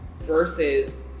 versus